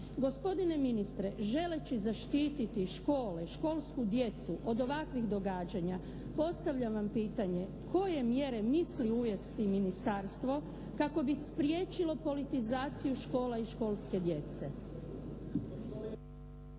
Gospodine ministre želeći zaštititi škole, školsku djecu od ovakvih događanja postavljam vam pitanje koje mjere misli uvesti Ministarstvo kako bi spriječilo politizaciju škola i školske djece?